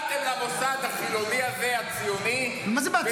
באתם למוסד החילוני הזה, הציוני -- מה זה "באתם"?